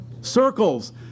circles